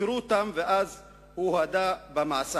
תחקרו אותם, ואז הוא הודה במעשיו.